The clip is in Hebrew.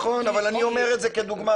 נכון אבל אני אומר את זה כדוגמה.